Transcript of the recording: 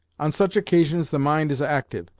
on such occasions the mind is actyve,